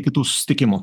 kitų susitikimų